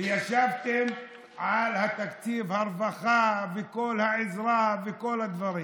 וישבתם על תקציב הרווחה, על כל העזרה וכל הדברים.